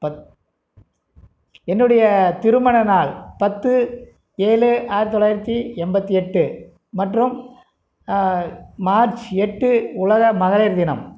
பத் என்னுடைய திருமண நாள் பத்து ஏழு ஆயிரத்து தொள்ளாயிரத்து எண்பத்தி எட்டு மற்றும் மார்ச் எட்டு உலக மகளிர் தினம்